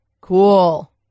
Cool